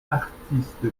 artiste